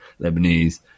Lebanese